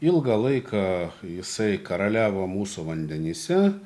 ilgą laiką jisai karaliavo mūsų vandenyse